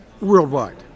worldwide